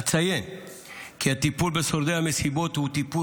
אציין כי הטיפול בשורדי המסיבות הוא טיפול